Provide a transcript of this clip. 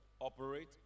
operate